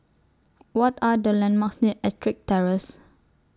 What Are The landmarks near Ettrick Terrace